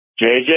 JJ